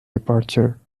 departure